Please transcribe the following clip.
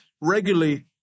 regularly